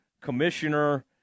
commissioner